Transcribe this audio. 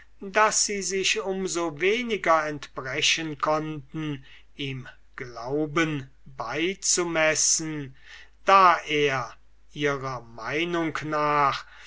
daß sie sich um so weniger entbrechen konnten ihm glauben beizumessen da er ihrer meinung nach